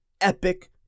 epic